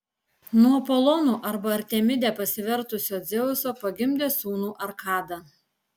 nuo apolonu arba artemide pasivertusio dzeuso pagimdė sūnų arkadą